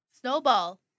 Snowball